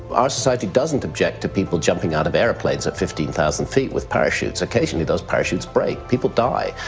our society doesn't object to people jumping out of airplanes at fifteen thousand feet with parachutes. occasionally those parachutes break people die.